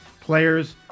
players